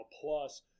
plus